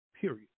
period